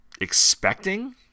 expecting